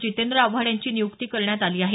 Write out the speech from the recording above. जितेंद्र आव्हाड यांची नियुक्ती करण्यात आली आहे